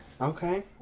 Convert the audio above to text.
Okay